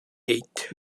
eight